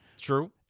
True